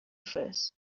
first